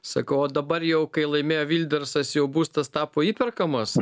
sakau o dabar jau kai laimėjo vildersas jau būstas tapo įperkamas